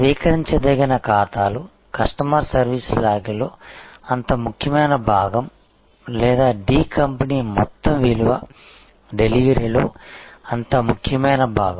స్వీకరించదగిన ఖాతాలు customer service లాగ్లో అంత ముఖ్యమైన భాగం లేదా D కంపెనీ మొత్తం విలువ డెలివరీలో అంత ముఖ్యమైన భాగం